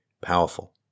powerful